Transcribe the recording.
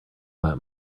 that